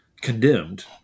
condemned